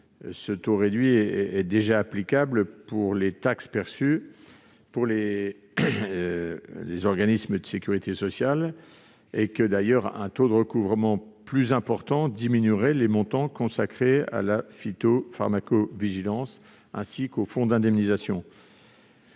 le taux réduit est déjà applicable aux taxes perçues pour le compte des organismes de sécurité sociale. Un taux de recouvrement plus important diminuerait les montants consacrés à la phytopharmacovigilance, ainsi qu'au fonds d'indemnisation.